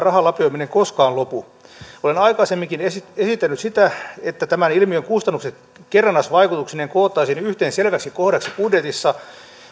rahan lapioiminen koskaan lopu olen aikaisemminkin esitellyt sitä että tämän ilmiön kustannukset kerrannaisvaikutuksineen koottaisiin yhteen selväksi kohdaksi budjetissa